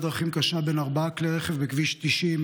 דרכים קשה בין ארבעה כלי רכב בכביש 90,